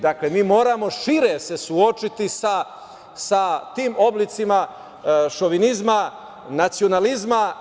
Dakle, mi moramo šire se suočiti sa tim oblicima šovinizma, nacionalizma.